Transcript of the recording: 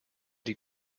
die